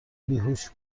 بیهوش